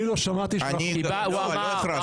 אני לא שמעתי שהכרזת --- לא הכרזת.